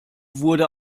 wurde